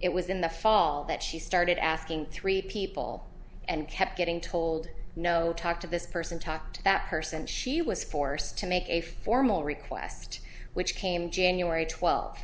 it was in the fall that she started asking three people and kept getting told no talk to this person talk to that person she was forced to make a formal request which came january twel